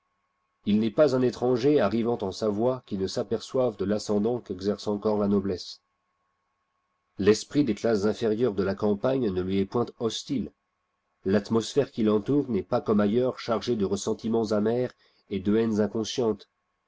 il n'est pas un étranger arrivant en savoie qui ne s'aperçoive de l'ascendant qu'exerce encore la noblesse l'esprit des classes inférieures de la campagne ne lui est point hostile l'atmosphère qui l'entoure n'est pas comme ailleurs chargée de ressentiments amers et de haines inconscientes